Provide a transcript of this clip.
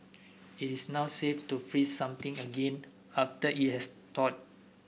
it is not safe to freeze something again after it has thawed